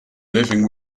living